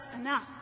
enough